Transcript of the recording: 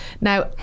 now